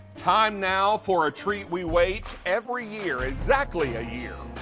time, now for a treat, we, wait every year, exactly a year.